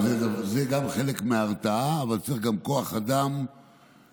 גם זה חלק מההרתעה, אבל צריך גם כוח אדם נוסף